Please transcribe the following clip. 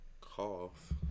cough